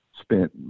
spent